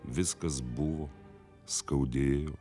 viskas buvo skaudėjo